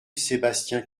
sébastien